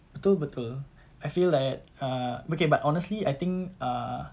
betul betul I feel like ah okay but honestly I think err